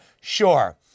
sure